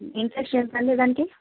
interest ఎంతండి దానికి